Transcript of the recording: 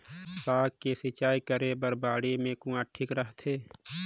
साग के सिंचाई करे बर बाड़ी मे कुआँ ठीक रहथे?